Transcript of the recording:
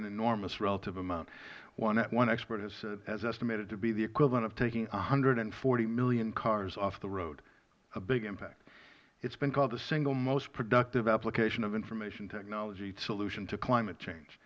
an enormous relative amount one expert has estimated it to be the equivalent of taking one hundred and forty million cars off the road a big impact it has been called the single most productive application of an information technology solution to climate change